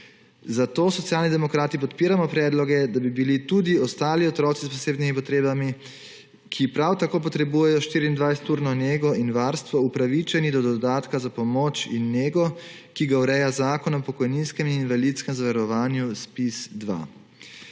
Zato Socialni demokrati podpiramo predloge, da bi bili tudi ostali otroci s posebnimi potrebami, ki prav tako potrebujejo 24-urno nego in varstvo, upravičeni do dodatka za pomoč in nego, ki ga ureja Zakon o pokojninskem in invalidskem zavarovanju, ZPIZ-2.